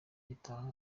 gitaha